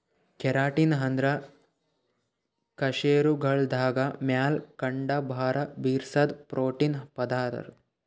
keratin ಅಂದ್ರ ಕಶೇರುಕಗಳ್ದಾಗ ಮ್ಯಾಲ್ ಕಂಡಬರಾ ಬಿರ್ಸಾದ್ ಪ್ರೋಟೀನ್ ಪದರ್